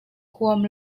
huam